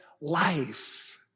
life